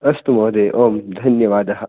अस्तु महोदय ओम् धन्यवादः